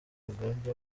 mugambi